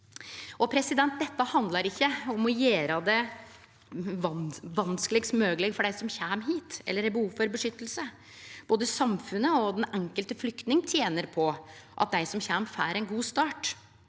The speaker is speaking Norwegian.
den enkelte. Dette handlar ikkje om å gjere det vanskelegast mogleg for dei som kjem hit og har behov for beskyttelse. Både samfunnet og den enkelte flyktningen tener på at dei som kjem, får ein god start,